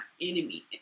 enemy